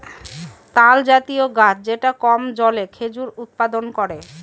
তালজাতীয় গাছ যেটা কম জলে খেজুর উৎপাদন করে